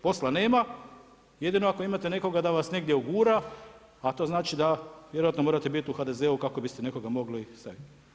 Posla nema, jedino ako imate nekoga da vas negdje ugura, a to znači da vjerojatno morate biti u HDZ-u kako biste nekoga mogli stavit.